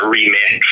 Remix